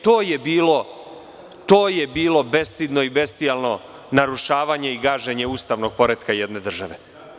To je bilo bestidno i bestijalno narušavanje i gaženje ustavnog poretka jedne države.